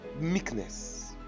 Meekness